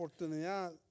oportunidad